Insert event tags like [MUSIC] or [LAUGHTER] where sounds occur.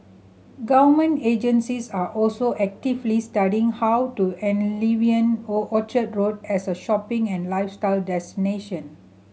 government agencies are also actively studying how to enliven [UNINTELLIGIBLE] Orchard Road as a shopping and lifestyle destination